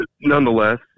nonetheless